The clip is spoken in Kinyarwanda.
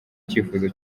cyifuzo